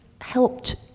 helped